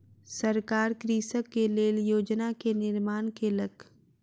सरकार कृषक के लेल योजना के निर्माण केलक